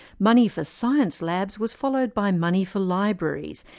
money for science labs was followed by money for libraries,